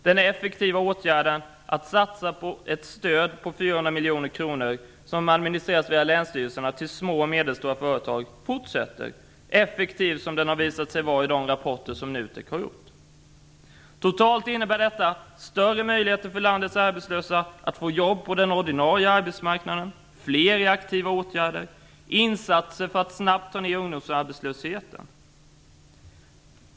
Den effektiva åtgärden att satsa på ett stöd på 400 miljoner kronor till små och medelstora företag som skall administreras via länsstyrelserna fortsätter. Den åtgärden har visat sig vara effektiv i de rapporter som NUTEK har kommit med. Totalt innebär detta större möjligheter för landets arbetslösa att få jobb på den ordinarie arbetsmarknaden, fler i aktiva åtgärder, insatser för att snabbt ta ner ungdomsarbetslösheten.